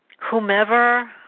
whomever